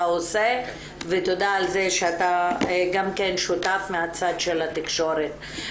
עושה ותודה על זה שאתה גם כן שותף מהצד של התקשורת.